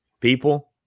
people